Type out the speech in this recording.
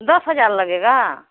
दस हजार लगेगा